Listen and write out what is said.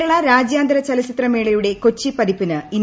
കേരള രാജ്യാന്തര ചലച്ചിത്ര മേളയുടെ കൊച്ചി പതിപ്പിന് ഇന്ന്